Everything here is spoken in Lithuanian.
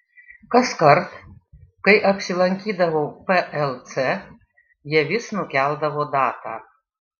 kaskart kai apsilankydavau plc jie vis nukeldavo datą